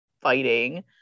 fighting